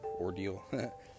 ordeal